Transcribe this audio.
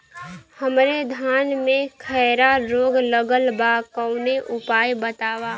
हमरे धान में खैरा रोग लगल बा कवनो उपाय बतावा?